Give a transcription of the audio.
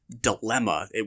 dilemma